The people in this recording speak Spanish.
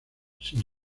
sin